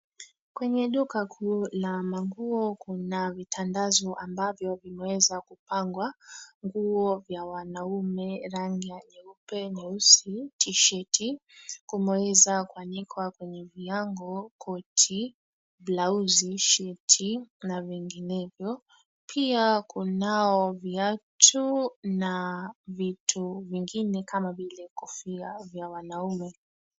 Kwenye duka kuu la manguo kuna vitandazo ambavyo vimeweza kupangwa nguo vya wanaume rangi nyeupe, nyeusi tisheti. Kumeweza kuanikwa kwenye viango koti, blauzi, sheti na vinginevyo. Pia kunao viatu na vitu vingine kama vile kofia vya wanaume.